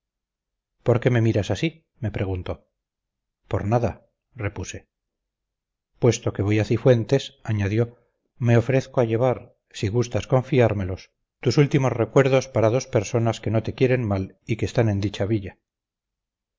por qué me miras así me preguntó por nada repuse puesto que voy a cifuentes añadió me ofrezco a llevar si gustas confiármelos tus últimos recuerdos para dos personas que no te quieren mal y que están en dicha villa